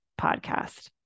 Podcast